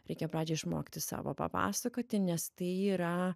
reikia pradžiai išmokti savo papasakoti nes tai yra